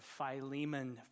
Philemon